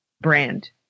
brand